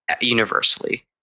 universally